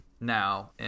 now